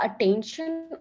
attention